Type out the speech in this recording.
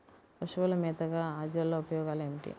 పశువుల మేతగా అజొల్ల ఉపయోగాలు ఏమిటి?